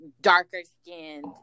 darker-skinned